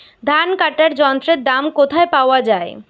ধান কাটার যন্ত্রের দাম কোথায় পাওয়া যায়?